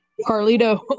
Carlito